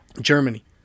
Germany